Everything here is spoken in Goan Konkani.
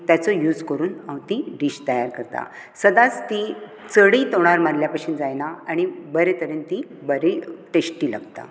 ताचो युज करून हांव ती डीश तयार करता सदांच ती चडूय तोंडार मारल्या बशेन जायना आनी बरे तरेन ती बरी टेस्टी लागता